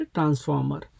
Transformer